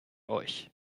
euch